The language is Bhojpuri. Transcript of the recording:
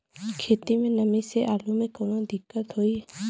खेत मे नमी स आलू मे कऊनो दिक्कत होई?